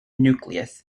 nucleus